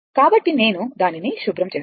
కాబట్టి నేను దానిని శుభ్రం చేస్తాను